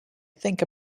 think